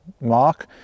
Mark